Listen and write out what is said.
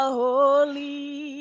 holy